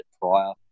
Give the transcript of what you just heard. prior